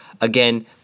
again